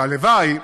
הלוואי